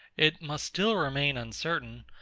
it must still remain uncertain,